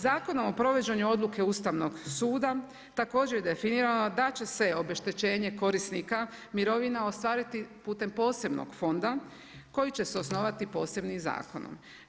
Zakonom o provođenju odluke Ustavnog suda također je definirano da će se obeštećenje korisnika mirovina ostvariti putem posebnog fonda koji će se osnovati posebnim zakonom.